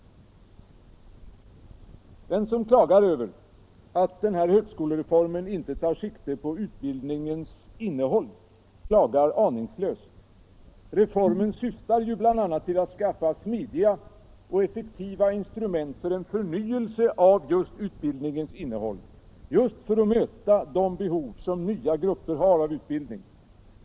Den som klagar över att denna högskolereform inte tar sikte på utbildningens innehåll klagar aningslöst. Reformen syftar ju bl.a. till att skaffa smidiga och effektiva instrument för en förnyelse av utbildningens innehåll — just för att möta de behov som nya grupper har av utbildning.